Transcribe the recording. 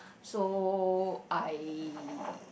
so I